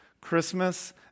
Christmas